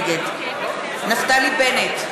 נגד נפתלי בנט,